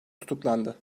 tutuklandı